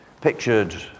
pictured